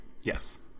Yes